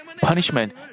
punishment